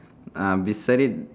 um beside it